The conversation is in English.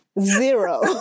Zero